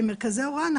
במרכזי ההוראה,